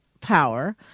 power